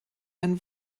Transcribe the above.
ein